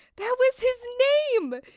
that was his name!